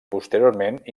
posteriorment